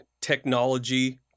technology